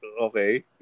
okay